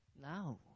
Now